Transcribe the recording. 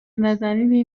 نزنی